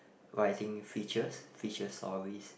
writing features feature stories